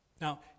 Now